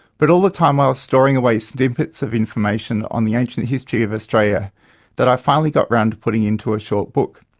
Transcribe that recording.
but all the time i was storing away snippets of information on the ancient history of australia that i finally got round to putting into a short book.